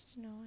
No